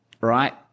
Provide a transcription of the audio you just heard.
right